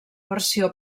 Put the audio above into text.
versió